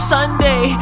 Sunday